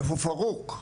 איפה פרוק?